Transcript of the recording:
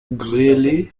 grêlé